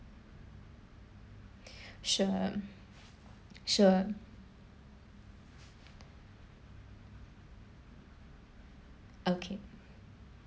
sure sure okay